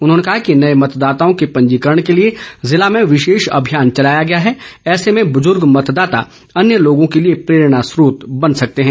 उन्होंने कहा कि नए मतदाताओं के पंजीकरण के लिए जिले में विशेष अभियान चलाया गया है ऐसे में बुज़्र्ग मतदाता अन्य लोगों के लिए प्रेरणास्रोत बन सकते हैं